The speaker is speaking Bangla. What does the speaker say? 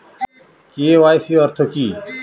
কে.ওয়াই.সি অর্থ কি?